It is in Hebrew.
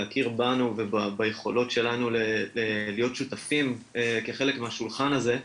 להכיר בנו וביכולות שלנו להיות שותפים כחלק מהשולחן הזה,